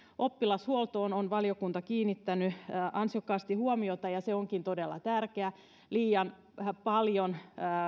oppilashuoltoon on valiokunta kiinnittänyt ansiokkaasti huomiota ja se onkin todella tärkeä liian paljon